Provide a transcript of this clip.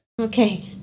Okay